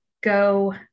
go